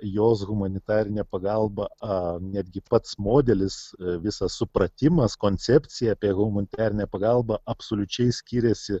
jos humanitarinė pagalba netgi pats modelis visas supratimas koncepcija apie humanitarinę pagalbą absoliučiai skyrėsi